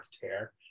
tear